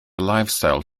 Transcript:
lifestyle